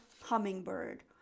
hummingbird